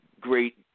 great